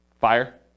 Fire